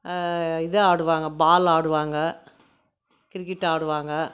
இது ஆடுவாங்க பால் ஆடுவாங்க கிரிக்கெட் ஆடுவாங்க